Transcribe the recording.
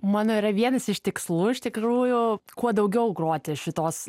mano yra vienas iš tikslų iš tikrųjų kuo daugiau groti šitos